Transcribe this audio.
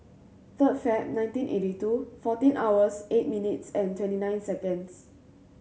third Feb nineteen eighty two fourteen hours eight minutes and twenty nine seconds